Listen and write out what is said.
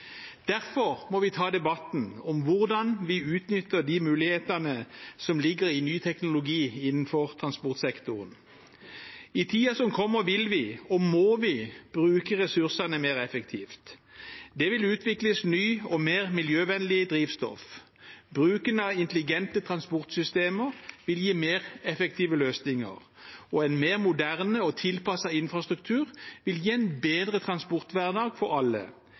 Derfor må vi ta debatten om hvordan vi utnytter de mulighetene som ligger i ny teknologi innenfor transportsektoren. I tiden som kommer, vil vi – og må vi – bruke ressursene mer effektivt. Det vil utvikles nytt og mer miljøvennlig drivstoff, bruken av intelligente transportsystemer, ITS, vil gi mer effektive løsninger, og en mer moderne og tilpasset infrastruktur vil gi en bedre transporthverdag for alle.